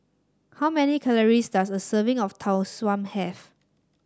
how many calories does a serving of Tau Suan have